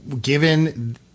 given